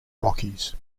rockies